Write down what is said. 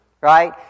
right